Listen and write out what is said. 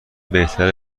بهتره